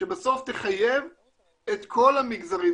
שבסוף תחייב את כל המגזרים,